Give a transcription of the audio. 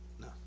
No